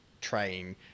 train